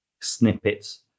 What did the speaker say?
snippets